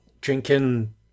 drinking